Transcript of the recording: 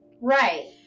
Right